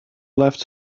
left